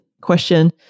question